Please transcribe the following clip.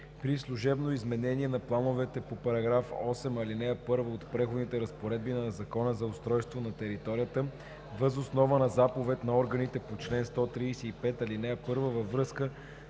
При служебно изменение на плановете по § 8, ал. 1 от преходните разпоредби на Закона за устройство на територията въз основа на заповед на органите по чл. 135, ал. 1 във връзка